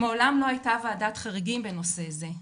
מעולם לא היתה וועדת חריגים בנושא זה,